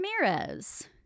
Ramirez